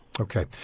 Okay